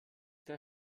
der